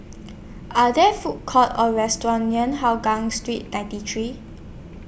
Are There Food Courts Or restaurants near Hougang Street ninety three